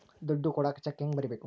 ದುಡ್ಡು ಕೊಡಾಕ ಚೆಕ್ ಹೆಂಗ ಬರೇಬೇಕು?